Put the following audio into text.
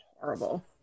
Horrible